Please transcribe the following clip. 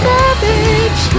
Savage